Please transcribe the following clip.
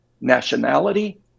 nationality